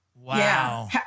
Wow